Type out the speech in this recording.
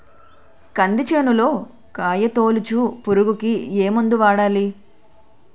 కంది చేనులో కాయతోలుచు పురుగుకి ఏ మందు వాడాలి?